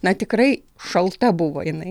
na tikrai šalta buvo jinai